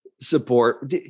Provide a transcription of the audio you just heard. support